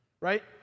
right